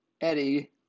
Eddie